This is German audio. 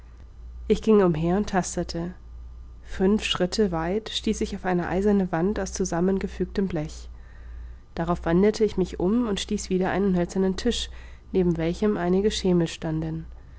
ich ging umher und tastete fünf schritte weit stieß ich auf eine eiserne wand aus zusammengefügtem blech darauf wendete ich mich um und stieß wider einen hölzernen tisch neben welchem einige schemel standen